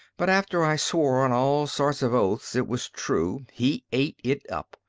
but after i swore on all sorts of oaths it was true, he ate it up.